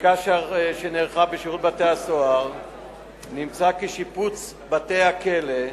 בבדיקה שנערכה בשירות בתי-הסוהר נמצא כי שיפוץ בתי-הכלא,